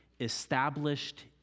established